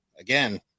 Again